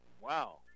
wow